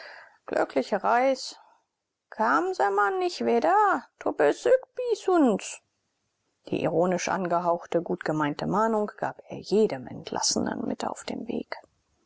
glückliche reis kamen se man nich wedder to besök bi uns die ironisch angehauchte gut gemeinte mahnung gab er jedem entlassenen mit auf den weg